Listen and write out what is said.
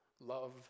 love